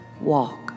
walk